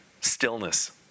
stillness